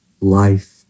life